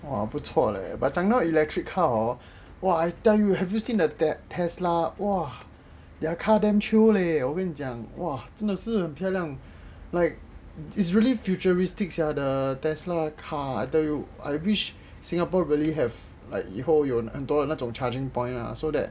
!wah! 不错 leh but 讲到 electric car hor !wah! I tell you have you seen the Tesla !wah! their car damn chio leh 我跟你讲 !wah! 真的是漂亮 like is really futuristic sia the Tesla car I tell you I wish singapore really have like 以后有很多那种 charging point lah so that